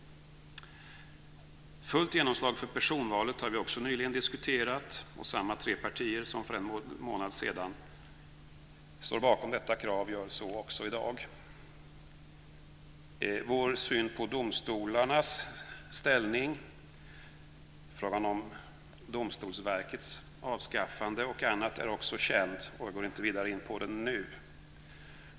Frågan om fullt genomslag för personvalet har vi nyligen också diskuterat. Samma tre partier som för en månad sedan står bakom detta krav, och gör så också i dag. Vår syn på domstolarnas ställning i fråga om Domstolsverkets avskaffande och annat är också känd, så jag går inte vidare in på den saken nu.